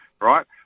right